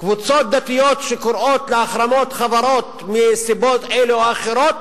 קבוצות דתיות שקוראות להחרמת חברות מסיבות אלה או אחרות,